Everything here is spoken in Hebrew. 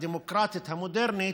הדמוקרטית המודרנית,